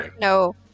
no